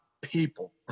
people